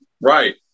Right